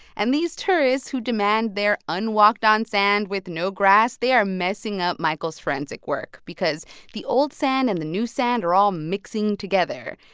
and these tourists who demand there unwalked-on sand with no grass they are messing up michael's forensic work because the old sand and the new sand are all mixing together.